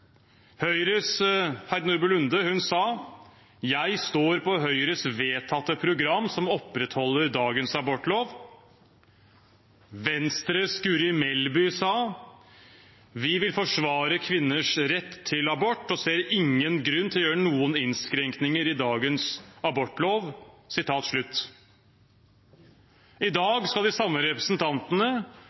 Høyres Heidi Nordby Lunde sa: «Jeg står på Høyres vedtatte program, som opprettholder dagens abortlov.» Venstres Guri Melby sa at de ville forsvare kvinners rett til abort, og så ingen grunn til å gjøre noen innskrenkninger i dagens abortlov. I dag skal de samme representantene